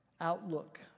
outlook